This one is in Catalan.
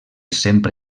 sempre